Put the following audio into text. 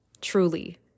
truly